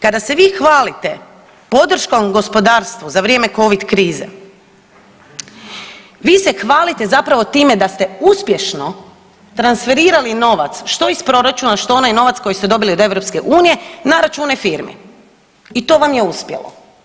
Kada se vi hvalite podrškom gospodarstvu za vrijeme covid krize vi se hvalite zapravo time da ste uspješno transferirali novac što iz proračuna, što onaj novac koji ste dobili od EU na račune firmi i to vam je uspjelo.